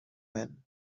when